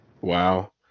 Wow